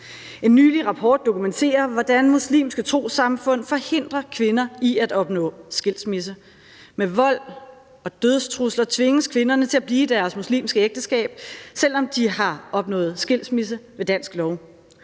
En nylig rapport dokumenterer, hvordan muslimske trossamfund forhindrer kvinder i at opnå skilsmisse. Med vold og dødstrusler tvinges kvinderne til at blive i deres muslimske ægteskab, selv om de har opnået skilsmisse ved dansk lov,